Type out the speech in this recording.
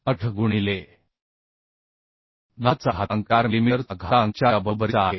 8 गुणिले 10 चा घातांक 4 मिलीमीटर चा घातांक 4 च्या बरोबरीचा आहे